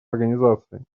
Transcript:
организации